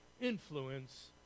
influence